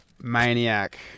maniac